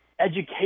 education